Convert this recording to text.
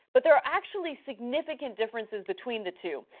but there are actually significant differences between the two.